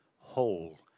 Whole